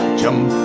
jump